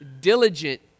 diligent